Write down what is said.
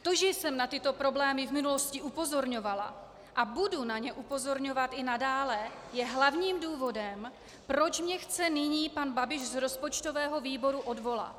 To, že jsem na tyto problémy v minulosti upozorňovala a budu na ně upozorňovat i nadále, je hlavním důvodem, proč mě chce nyní pan Babiš z rozpočtového výboru odvolat.